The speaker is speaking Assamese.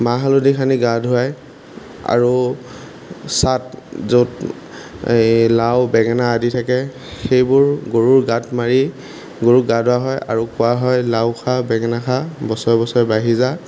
মাহ হালধি সানি গা ধুৱায় আৰু ছাট য'ত লাও বেঙেনা আদি থাকে সেইবোৰ গৰুৰ গাত মাৰি গৰুক গা ধোৱা হয় আৰু কোৱা হয় লাও খা বেঙেনা খা বছৰে বছৰে বাঢ়ি যা